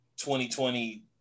2020